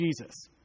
Jesus